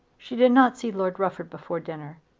she did not see lord rufford before dinner,